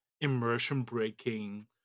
immersion-breaking